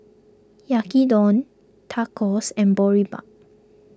Yaki don Tacos and Boribap